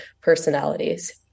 personalities